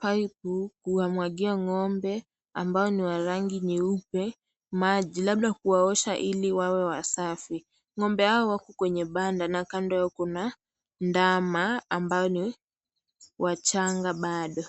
paipu kuwamwagia ng'ombe ambao ni wa rangi nyeupe maji, labda kuwaosha Ili wawe wasafi. Ng'ombe hawa wako kwenye banda na kando yao kuna ndama ambayo ni wachanga bado.